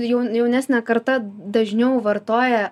jau jaunesnė karta dažniau vartoja